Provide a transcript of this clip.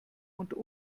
und